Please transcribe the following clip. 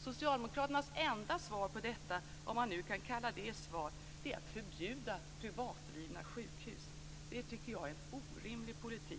Socialdemokraternas enda svar på detta, om man nu kan kalla det svar, är att förbjuda privatdrivna sjukhus. Det tycker jag är en orimlig politik.